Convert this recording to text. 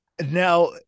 now